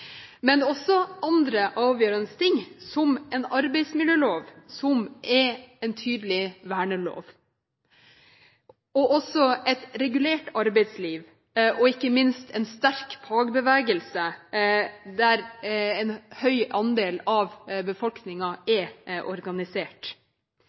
Men det er også andre avgjørende ting: en arbeidsmiljølov som er en tydelig vernelov, et regulert arbeidsliv og ikke minst en sterk fagbevegelse, der en høy andel av